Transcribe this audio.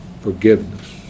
Forgiveness